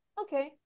okay